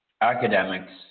academics –